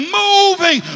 moving